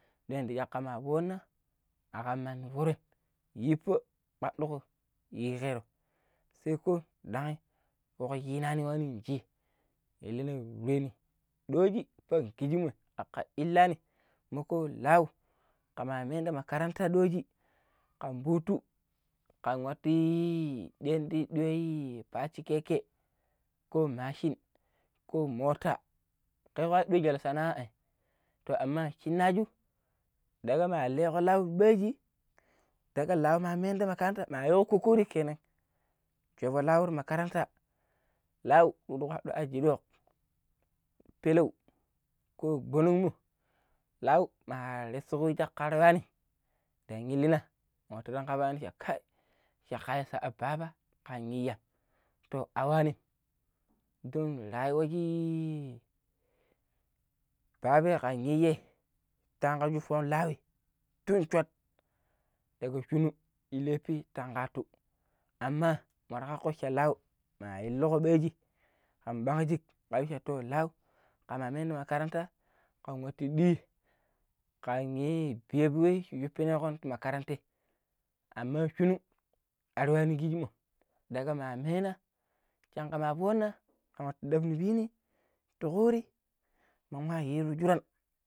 duk yadda ma foona, yiipo kpadduko yiikero sai ko danghi fok shinaani mlinna nrune doji pan kijimmoi me kan ilani meko lau kama mena ti makaranta dogi kan futu kan mwati i yiidiyo fashi keke ko machine ko mota kekko mo doi sana'a ai to ama shinasu d;agama ma lekko lau baaji daga lau ma mena ti makaranta mayiiko kokkori kenan shovo lau ti makaranta pidi kpaddo aji dok, peleu ko gbonommo lau maresuko we cakka ta yuani ndang illina nwatu tankabaani cha cakka yu sa'a babakan iyyam a waani don rayuwa i baba kan inyei tango shupponon lauwi tun shat daga shunu nin leffi tanko nwatu amma ma kako cha lau kama illuko baaji kan bang shik kan se to lau kaman meno makaranta kan nwatu bi pi wei shi shuppileken timkaranta amma shuru ar yuani kijimmom daga ma mena kan nwatt dabni pii ni tiuri man nwa yiiru shurani